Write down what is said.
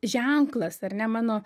ženklas ar ne mano